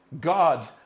God